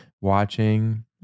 Watching